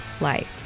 life